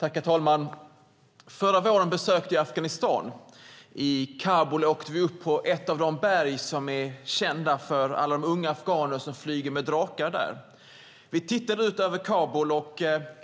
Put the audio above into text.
Herr talman! Förra våren besökte jag Afghanistan. I Kabul åkte vi upp på ett av de berg som blivit kända för att unga afghaner flyger med drakar där och tittade ut över Kabul.